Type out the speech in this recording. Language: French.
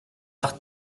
par